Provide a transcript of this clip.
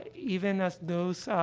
even as those, ah